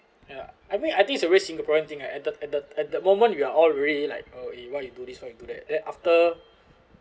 ya I mean I think it's a very singaporean thing at the at the at the moment we are all really like uh eh why you do this why you do that then after